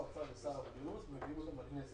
אני כאן בכמה כובעים.